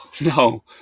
no